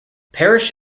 parrish